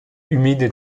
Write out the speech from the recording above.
humide